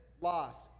lost